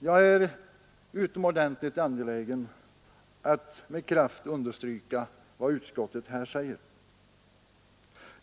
Jag är utomordentligt angelägen att med kraft understryka vad utskottet här säger.